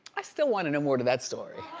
i still wanna know more to that story.